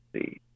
see